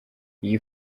iyi